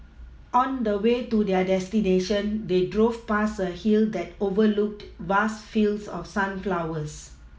on the way to their destination they drove past a hill that overlooked vast fields of sunflowers